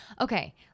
Okay